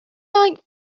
like